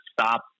stop